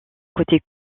côté